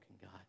God